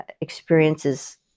experiences